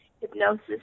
Hypnosis